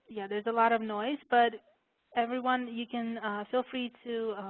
yeah there's a lot of noise but everyone, you can feel free to